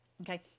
Okay